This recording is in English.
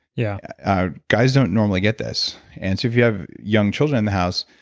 yeah ah guys don't normally get this and so if you have young children in the house,